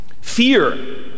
Fear